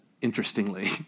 interestingly